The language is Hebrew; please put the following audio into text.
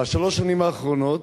בשלוש השנים האחרונות,